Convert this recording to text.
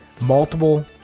Multiple